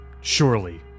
Surely